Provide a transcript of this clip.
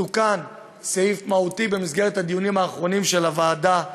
תוקן סעיף מהותי במסגרת הדיונים האחרונים של הוועדה,